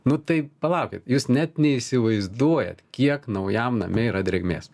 nu tai palaukit jūs net neįsivaizduojat kiek naujam name yra drėgmės